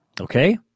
Okay